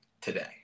today